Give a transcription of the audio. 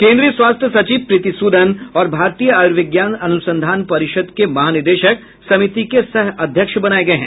केन्द्रीय स्वास्थ्य सचिव प्रीति सूदन और भारतीय आयुर्विज्ञान अनुसंधान परिषद के महानिदेशक समिति के सह अध्यक्ष बनाये गये हैं